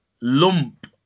lump